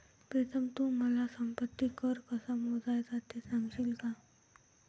प्रीतम तू मला संपत्ती कर कसा मोजायचा ते सांगशील का?